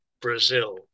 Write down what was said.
Brazil